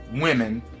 women